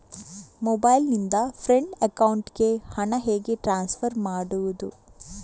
Mobile ನಿಂದ friend ಅಕೌಂಟಿಗೆ ಹಣ ಹೇಗೆ ಟ್ರಾನ್ಸ್ಫರ್ ಮಾಡುವುದು?